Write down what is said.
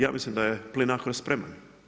Ja mislim da je Plinacro spreman.